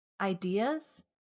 ideas